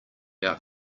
out